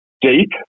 deep